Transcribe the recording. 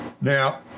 Now